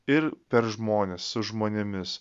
ir per žmones su žmonėmis